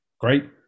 great